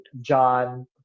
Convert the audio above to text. John